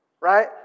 right